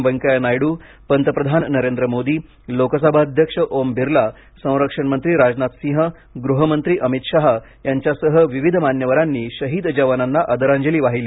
व्यंकय्या नायडू पंतप्रधान नरेंद्र मोदी लोकसभा अध्यक्ष ओम बिर्ला संरक्षण मंत्री राजनाथ सिंह गृहमंत्री अमित शहा यांच्यासह विविध मान्यवरांनी शहीद जवानांना आदरांजली वाहिली